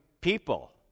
people